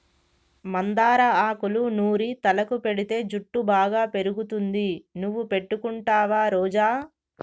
మందార ఆకులూ నూరి తలకు పెటితే జుట్టు బాగా పెరుగుతుంది నువ్వు పెట్టుకుంటావా రోజా